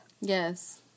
Yes